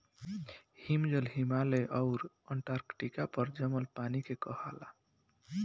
हिमजल, हिमालय आउर अन्टार्टिका पर जमल पानी के कहाला